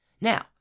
Now